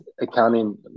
accounting